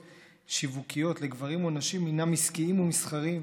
שיווקיות לגברים ונשים הינם עסקיים ומסחריים,